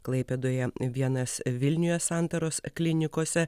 klaipėdoje vienas vilniuje santaros klinikose